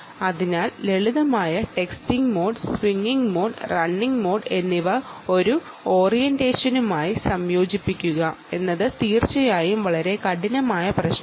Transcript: അതിനാൽ ലളിതമായ texting mode swinging mode running mode എന്നിവ ഒരു ഓറിയന്റേഷനുമായി സംയോജിപ്പിക്കുക എന്നത് തീർച്ചയായും വളരെ കഠിനമായ പ്രശ്നമാണ്